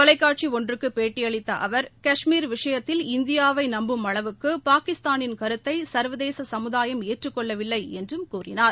தொலைக்காட்சி ஒன்றுக்கு பேட்டியளித்த அவா் கஷ்மீர் விஷயத்தில் இந்தியாவை நம்பும் அளவுக்கு பாகிஸ்தானின் கருத்தை சர்வதேச சமுதாயம் ஏற்றுக் கொள்ளவில்லை என்றும் கூறினார்